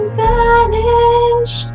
vanish